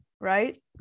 Right